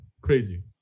crazy